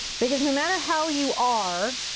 because no matter how you are,